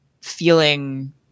feeling